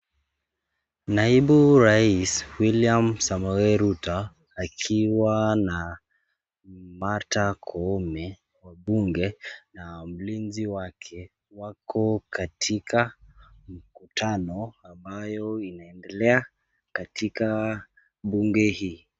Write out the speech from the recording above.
Naibu rais, William Samoei Ruto, akwa na, Marta Koome, wabunge, na mlinzi wake, wako katika, mkutano ambayo inaendelea, katika, bunge hii.